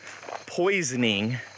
poisoning